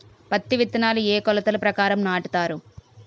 పత్తి విత్తనాలు ఏ ఏ కొలతల ప్రకారం నాటుతారు?